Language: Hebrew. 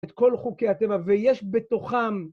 את כל חוקי הטבע ויש בתוכם